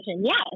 Yes